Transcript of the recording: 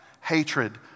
hatred